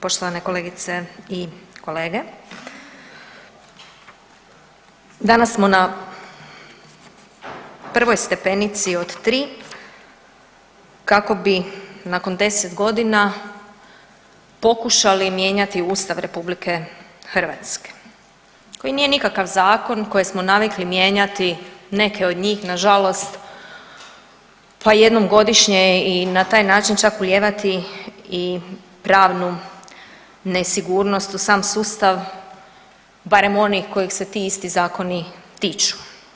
Poštovane kolegice i kolege, danas smo na prvoj stepenici od tri kako bi nakon 10 godina pokušali mijenjati Ustav RH koji nije nikakav zakon koje smo navikli mijenjati neke od njih nažalost pa i jednom godišnje i na taj način čak ulijevati i pravnu nesigurnost u sam sustav barem onih kojih se ti isti zakoni tiču.